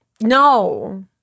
no